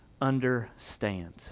understand